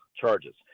charges